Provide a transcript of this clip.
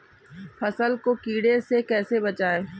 फसल को कीड़े से कैसे बचाएँ?